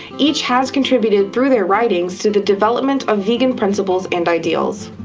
each has contributed, through their writings, to the development of vegan principles and ideals.